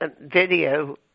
video